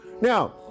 Now